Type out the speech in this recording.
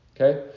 Okay